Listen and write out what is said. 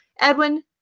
Edwin